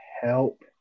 help